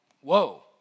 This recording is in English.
whoa